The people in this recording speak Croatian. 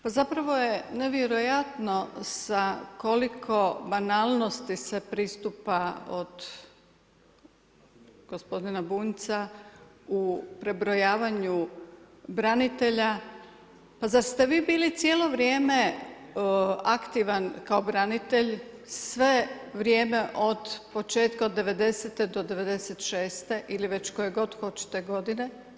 Pa zapravo je nevjerojatno sa koliko banalnosti se pristupa od gospodina Bunjca u prebrojavanju branitelja, pa zar te vi bili cijelo vrijeme aktivan kao branitelj, sve vrijeme od početka od '90. do '96. ili već koje god hoćete godine?